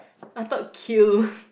I thought kill